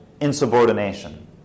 insubordination